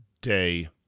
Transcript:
day